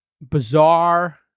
bizarre